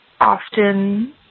often